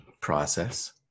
process